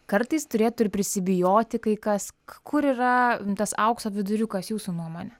kartais turėtų ir prisibijoti kas kur yra tas aukso viduriukas jūsų nuomone